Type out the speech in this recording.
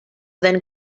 then